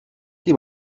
qui